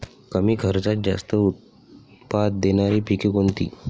कमी खर्चात जास्त उत्पाद देणारी पिके कोणती?